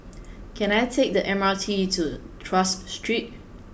can I take the M R T to Tras Street